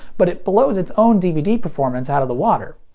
but it blows its own dvd performance out of the water.